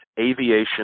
Aviation